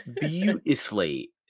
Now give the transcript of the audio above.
beautifully